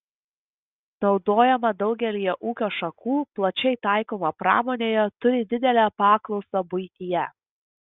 naudojama daugelyje ūkio šakų plačiai taikoma pramonėje turi didelę paklausą buityje